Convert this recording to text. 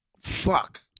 fuck